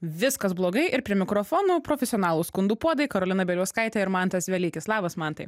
viskas blogai ir prie mikrofonų profesionalų skundų puodai karolina bieliauskaitė ir mantas velykis labas mantai